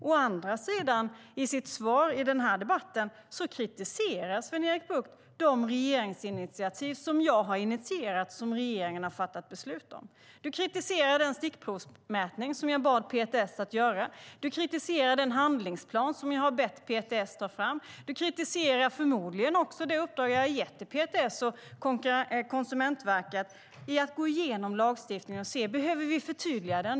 Å andra sidan kritiserar han här i debatten de regeringsinitiativ som jag har initierat och som regeringen har fattat beslut om. Du kritiserar den stickprovsmätning som jag bad PTS göra. Du kritiserar den handlingsplan som jag har bett PTS ta fram. Du kritiserar förmodligen också det uppdrag jag har gett till PTS och Konsumentverket att gå igenom lagstiftningen och se: Behöver vi förtydliga den?